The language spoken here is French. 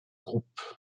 groupe